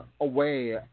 away